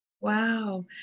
Wow